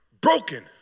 broken